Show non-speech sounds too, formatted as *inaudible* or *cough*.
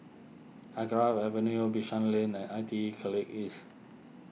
*unintelligible* Avenue Bishan Lane and I T E College East